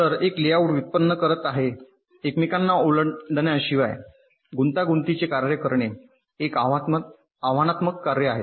तर एक लेआउट व्युत्पन्न करत आहे एकमेकांना ओलांडण्याशिवाय गुंतागुंतीचे कार्य करणे एक आव्हानात्मक कार्य आहे